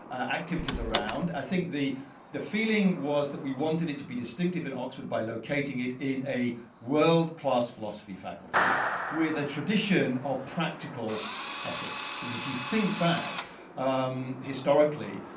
activities around. i think the the feeling was that we wanted it to be distinctive at oxford by low indicating it in a world class philosophy faculty with a tradition of practical ethics. and if you think back um historically,